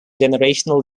generational